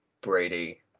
Brady